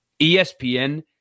ESPN